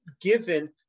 given